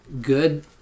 Good